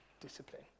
discipline